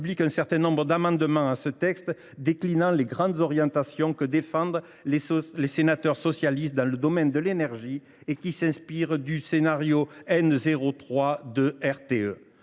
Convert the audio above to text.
un certain nombre d’amendements déclinant les grandes orientations que défendent les sénateurs socialistes dans le domaine de l’énergie et qui s’inspirent du scénario N03 de RTE.